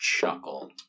chuckle